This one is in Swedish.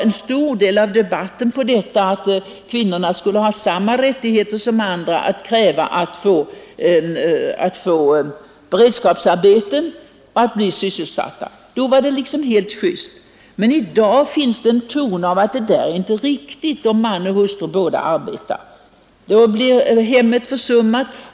En stor del av den debatten rörde sig just om att kvinnorna skulle ha samma rättigheter som andra att få beredskapsarbete, att bli sysselsatta. Det var helt just då. Men i dagens debatt finns det en ton som tyder på att det inte är riktigt att både man och hustru arbetar, ty då blir hemmet försummat.